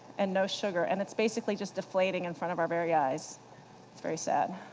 and no sugar. and it's basically just deflating in front of our very eyes. it's very sad.